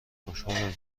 خوشحالم